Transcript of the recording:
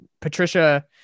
Patricia